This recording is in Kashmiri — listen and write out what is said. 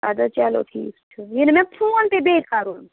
اَدٕ حظ چلو ٹھیٖک چھُ یِنہٕ مےٚ فون پے بیٚیہِ کَرُن